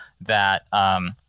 that-